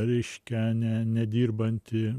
reiškia ne nedirbanti